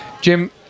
Jim